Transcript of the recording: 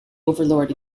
overlord